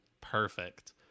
Perfect